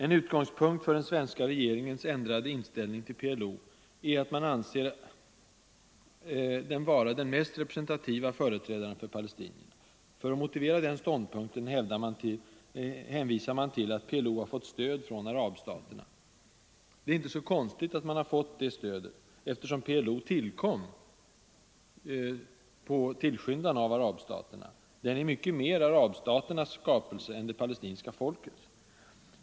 En utgångspunkt för den svenska regeringens ändrade inställning till PLO är att man anser den organisationen vara den mest representativa företrädaren för palestinierna. För att motivera denna ståndpunkt hänvisar man till att PLO har fått stöd från arabstaterna. Det är inte så konstigt att man har fått det stödet, eftersom PLO tillkom på tillskyndan av arabstaterna — den är mycket mer arabstaternas skapelse än det palestinska folkets.